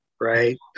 right